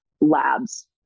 labs